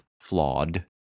flawed